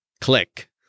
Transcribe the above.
Click